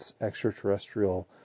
extraterrestrial